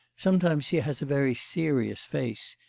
sometimes he has a very serious face.